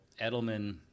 Edelman